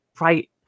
right